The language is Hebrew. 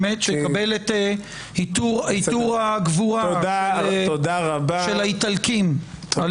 באמת שיקבל את עיטור הגבורה של האיטלקים על